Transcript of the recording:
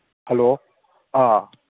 hello ꯑꯥ